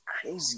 crazy